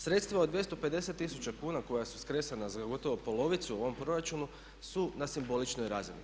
Sredstva od 250 tisuća kuna koja su skresana za gotovo polovicu u ovom proračunu su na simboličnoj razini.